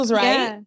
right